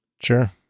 Sure